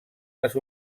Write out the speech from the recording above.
les